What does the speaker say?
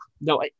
no